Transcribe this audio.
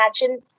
imagine